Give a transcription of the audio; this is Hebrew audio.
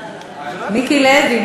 מיקי לוי.